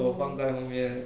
手放在后面